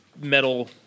metal